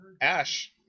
Ash